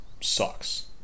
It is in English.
sucks